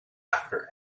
after